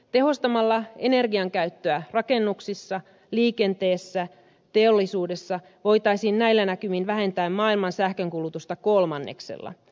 tehostamalla energiankäyttöä rakennuksissa liikenteessä teollisuudessa voitaisiin näillä näkymin vähentää maailman sähkönkulutusta kolmanneksella